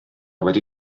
wedi